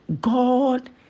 God